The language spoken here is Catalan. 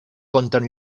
conten